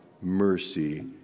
mercy